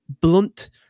blunt